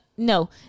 No